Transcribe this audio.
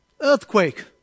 Earthquake